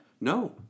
No